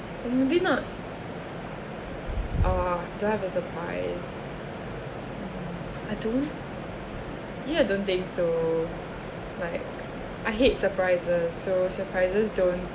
oh maybe not oh do I have a surprise mm I don't here I don't think so like I hate surprises so surprises don't